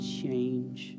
change